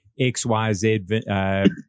XYZ